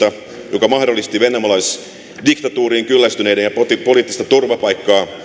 joka mahdollisti vennamolaisdiktatuuriin kyllästyneiden ja poliittista turvapaikkaa